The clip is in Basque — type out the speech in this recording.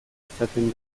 izaten